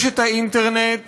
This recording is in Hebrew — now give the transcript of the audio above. האינטרנט